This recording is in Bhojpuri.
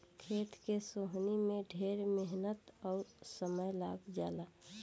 खेत के सोहनी में ढेर मेहनत अउर समय लाग जला